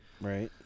right